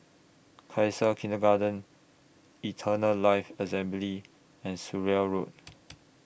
Khalsa Kindergarten Eternal Life Assembly and Surrey Road